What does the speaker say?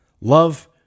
love